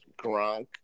Gronk